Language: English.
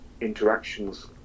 interactions